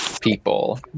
people